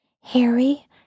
Harry